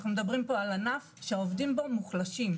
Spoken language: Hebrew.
אנחנו מדברים על ענף שהעובדים בו מוחלשים.